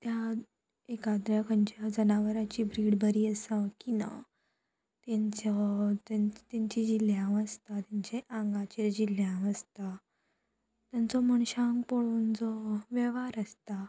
त्या एकाद्र खंयच्या जनावरांची ब्रीड बरी आसा की ना तेंचो तें तेंची जी ल्हेंव आसता तेंचे आंगाचेर जी ल्हांव आसता तेंचो मनशांक पळोवन जो वेव्हार आसता